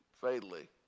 fatally